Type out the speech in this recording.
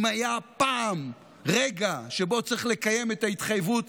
אם היה פעם רגע שבו צריך לקיים את ההתחייבות,